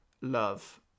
love